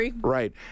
right